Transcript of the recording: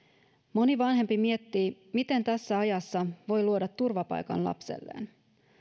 moni vanhempi miettii miten tässä ajassa voi luoda turvapaikan lapselleen